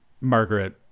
Margaret